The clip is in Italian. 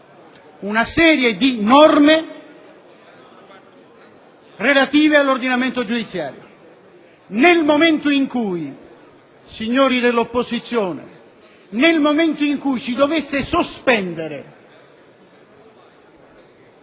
una serie di norme relative all'ordinamento giudiziario. Nel momento in cui, signori dell'opposizione, si dovesse sospendere